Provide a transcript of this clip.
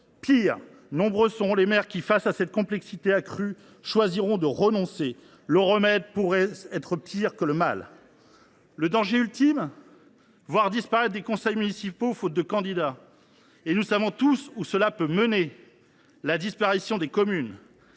Pis, nombreux seront les maires qui, face à cette complexité accrue, choisiront de renoncer. Le remède pourrait être pire que le mal ! Le danger ultime serait de voir des conseils municipaux disparaître faute de candidats, et nous savons tous où cela peut mener : à la disparation des communes